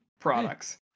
products